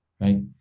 right